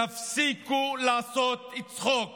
תפסיקו לעשות צחוק